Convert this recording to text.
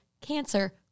cancer